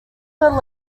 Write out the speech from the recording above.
were